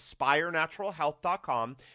AspireNaturalHealth.com